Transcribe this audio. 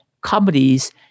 companies